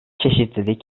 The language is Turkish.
çeşitlilik